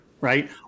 right